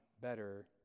better